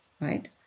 right